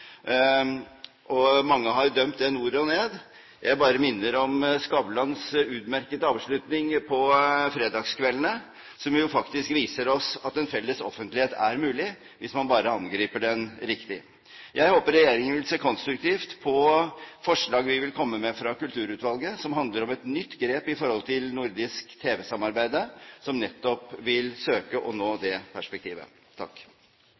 Mange har dømt det nord og ned. Jeg bare minner om «Skavlan»s utmerkede avslutning på fredagskveldene, som jo faktisk viser oss at en felles offentlighet er mulig hvis man bare angriper den riktig. Jeg håper regjeringen vil se konstruktivt på forslaget vi vil komme med fra kulturutvalget, som handler om et nytt grep når det gjelder nordisk TV-samarbeid, som nettopp vil søke å nå